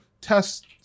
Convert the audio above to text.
test